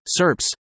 SERPs